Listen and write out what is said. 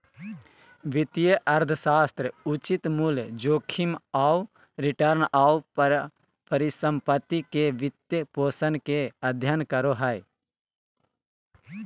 वित्तीय अर्थशास्त्र उचित मूल्य, जोखिम आऊ रिटर्न, आऊ परिसम्पत्ति के वित्तपोषण के अध्ययन करो हइ